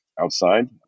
outside